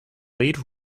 lead